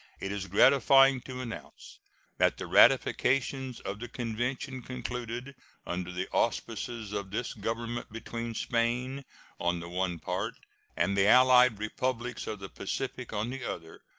it is gratifying to announce that the ratifications of the convention concluded under the auspices of this government between spain on the one part and the allied republics of the pacific on the other,